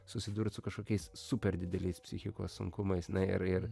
susidurt su kažkokiais super dideliais psichikos sunkumais na ir ir